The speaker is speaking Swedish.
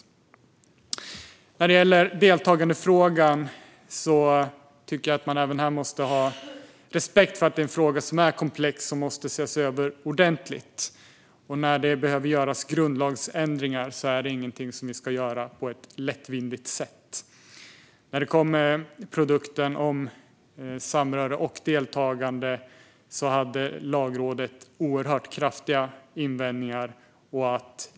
Även när det gäller deltagandefrågan tycker jag att man måste ha respekt för att det är en fråga som är komplex och som måste ses över ordentligt. Grundlagsändringar är ingenting som vi ska göra på ett lättvindigt sätt. När produkten om samröre och deltagande kom hade Lagrådet oerhört kraftiga invändningar.